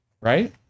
right